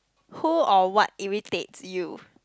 who or what irritates you